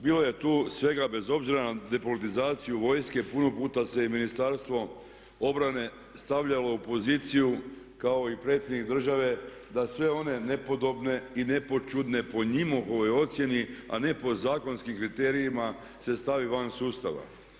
Bilo je tu svega bez obzira na depolitizaciju vojske, puno puta se i Ministarstvo obrane stavljalo u poziciju kao i predsjednik Države da sve one nepodobne i nepoćudne po njihovoj ocjeni a ne po zakonskim kriterijima se stavi van sustava.